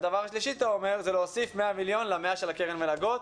והדבר השלישי שאתה אומר הוא להוסיף 100 מיליון ל-100 של קרן המלגות,